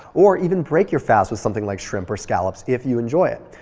or even break your fast with something like shrimp or scallops if you enjoy it.